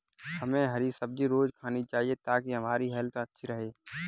हमे हरी सब्जी रोज़ खानी चाहिए ताकि हमारी हेल्थ अच्छी रहे